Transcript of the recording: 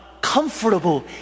comfortable